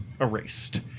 erased